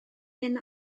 hyn